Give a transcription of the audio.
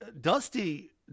Dusty